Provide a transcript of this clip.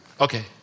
Okay